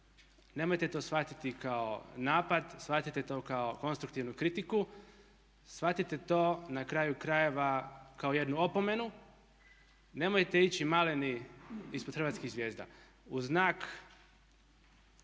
Nemojte to shvatiti kao napad, shvatite to kao konstruktivnu kritiku, shvatite to na kraju krajeva kao jednu opomenu. Nemojte ići maleni ispod hrvatskih zvijezda. U znak